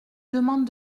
demandent